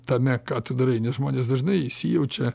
tame ką tu darai nes žmonės dažnai įsijaučia